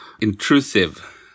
intrusive